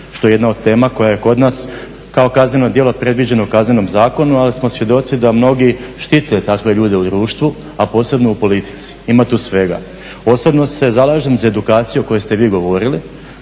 što je jedna od tema koja je kod nas kao kazneno djelo predviđeno u Kaznenom zakonu ali smo svjedoci da mnogi štite takve ljude u društvu, a posebno u politici, ima tu svega. Posebno se zalažem za edukaciju o kojoj ste vi govorili,